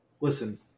Listen